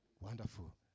Wonderful